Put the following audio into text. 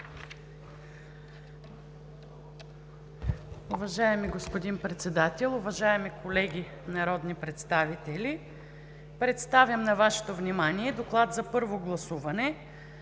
Уважаеми господин Председател, уважаеми колеги народни представители! Представям на Вашето внимание „ДОКЛАД за първо гласуване